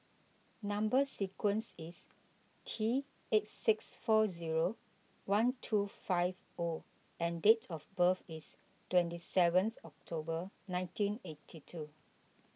Number Sequence is T eight six four zero one two five O and date of birth is twenty seventh October nineteen eighty two